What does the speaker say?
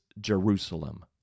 Jerusalem